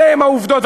אלה הן העובדות.